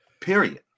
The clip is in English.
Period